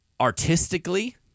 artistically